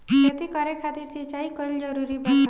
खेती करे खातिर सिंचाई कइल जरूरी बा का?